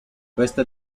questa